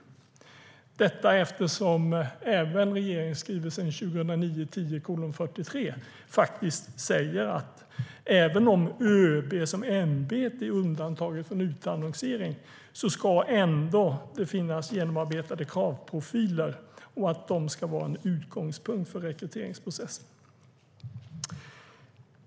Jag frågar eftersom regeringens skrivelse 2009/10:43 faktiskt säger att det, även om ÖB som ämbete är undantaget från utannonsering, ska finnas genomarbetade kravprofiler och att de ska vara en utgångspunkt för rekryteringsprocessen.